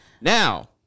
Now